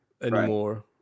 anymore